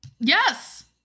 Yes